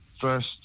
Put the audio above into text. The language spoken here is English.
first